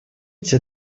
эти